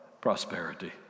Prosperity